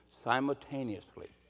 simultaneously